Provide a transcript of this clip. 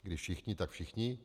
Když všichni, tak všichni.